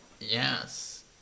Yes